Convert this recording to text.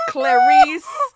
Clarice